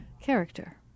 character